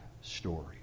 story